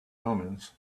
omens